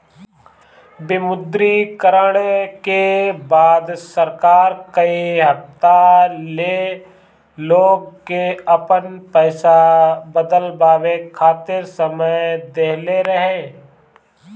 विमुद्रीकरण के बाद सरकार कई हफ्ता ले लोग के आपन पईसा बदलवावे खातिर समय देहले रहे